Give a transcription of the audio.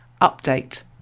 Update